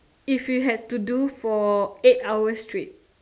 if you had to do for eight hours straight